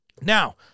Now